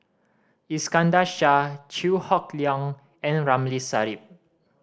Iskandar Shah Chew Hock Leong and Ramli Sarip